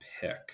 pick